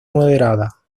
moderada